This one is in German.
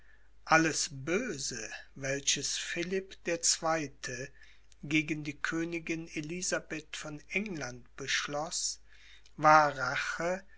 alles böse welches philipp der zweite gegen die königin elisabeth von england beschloß war rache